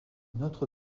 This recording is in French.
notre